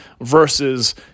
versus